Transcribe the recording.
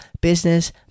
Business